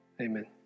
Amen